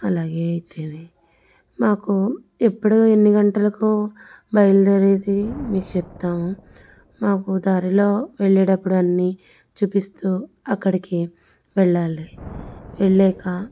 అలాగే అయితే మాకు ఎప్పుడు ఎన్ని గంటలకు బయలుదేరేది మీకు చెబుతాము మాకు దారిలో వెళ్ళేటప్పుడు అన్ని చూపిస్తూ అక్కడికి వెళ్ళాలి వెళ్ళాక